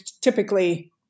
typically